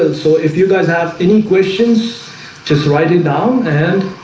ah so if you guys have any questions just write it down and